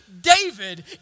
David